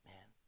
Man